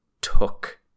took